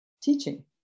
teaching